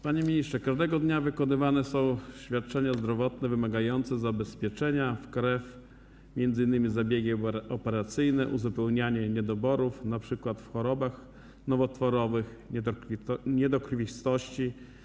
Panie ministrze, każdego dnia wykonywane są świadczenia zdrowotne wymagające zabezpieczenia krwi, m.in. zabiegi operacyjne, uzupełnianie niedoborów, np. w chorobach nowotworowych, niedokrwistości.